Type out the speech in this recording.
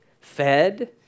fed